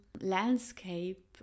landscape